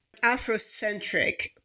afrocentric